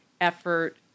effort